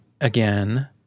again